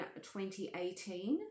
2018